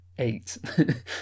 eight